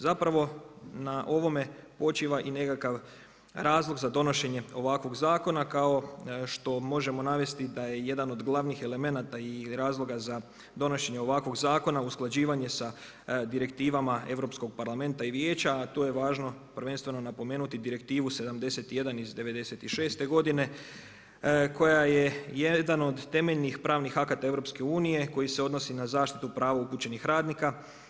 Zapravo na ovome počiva i nekakav razlog za donošenje ovakvog zakona, kao što možemo navesti da je jedan od glavnih elemenata i razloga za donošenje ovakvog zakona usklađivanje sa direktivnima Europskog parlamenta i Vijeća, a tu je važno prvenstveno napomenuti Direktivnu 71 iz '96. godine koja je jedan od temeljnih pravih akata EU, koji se odnosi na zaštitu pravo upućenih radnika.